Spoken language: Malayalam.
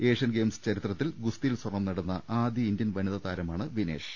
ഏഷ്യൻ ഗെയിംസ് ചരിത്രത്തിൽ സ്വർണം നേടുന്ന ആദ്യ ഇന്ത്യൻ വനിതാ താരമാണ് വിനേഷ്